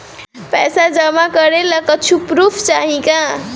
पैसा जमा करे ला कुछु पूर्फ चाहि का?